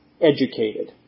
educated